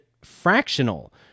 fractional